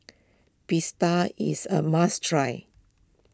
is a must try